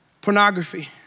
pornography